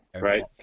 right